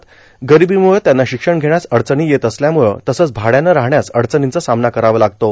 र्गारबीमुळ त्यांना शिक्षण घेण्यास अडचणी येत असल्यामुळ तसच भाड्यान राहण्यास अडचणींचा सामना करावा लागतो